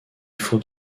faut